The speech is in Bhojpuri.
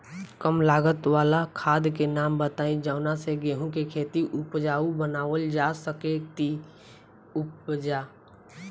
कम लागत वाला खाद के नाम बताई जवना से गेहूं के खेती उपजाऊ बनावल जा सके ती उपजा?